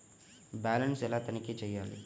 Balance ఎలా తనిఖీ చేయాలి?